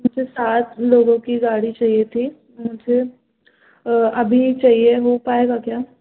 मुझे सात लोगों की गाड़ी चाहिए थी मुझे अभी चाहिए हो पाएगा क्या